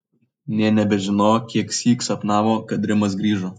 nė nebežinojo kieksyk sapnavo kad rimas grįžo